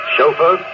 Chauffeur